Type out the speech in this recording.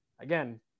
again